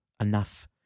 enough